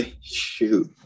shoot